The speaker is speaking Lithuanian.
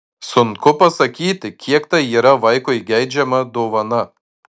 sunku pasakyti kiek tai yra vaikui geidžiama dovana